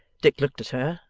dick looked at her,